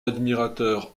admirateur